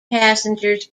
passengers